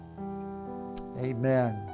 Amen